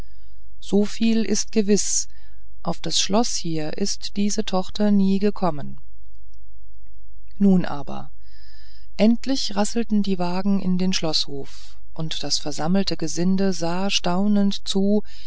soviel ist gewiß auf das schloß hier ist diese tochter nie gekommen nun aber endlich rasselten die wagen in den schloßhof und das versammelte gesinde sah staunend zu